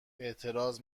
اعتراض